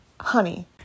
Honey